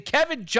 Kevin